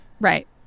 Right